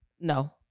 No